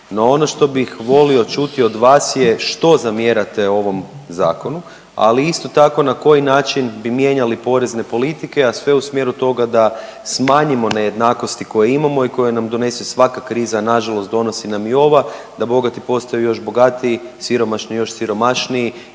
No ono što bih volio čuti od vas je što zamjerate ovom zakonu, ali isto tako na koji način bi mijenjali porezne politike, a sve u smjeru toga da smanjimo nejednakosti koje imamo i koje nam donese svaka kriza. Na žalost donosi nam i ova da bogati postaju još bogatiji, siromašni još siromašniji,